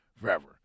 forever